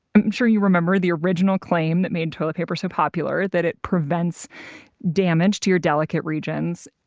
i'm sure you remember, the original claim that made toilet paper so popular. that it prevents damage to your delicate regions.